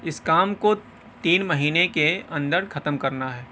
اس کام کو تین مہینے کے اندر ختم کرنا ہے